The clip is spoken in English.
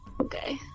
Okay